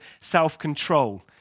self-control